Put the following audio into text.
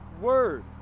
word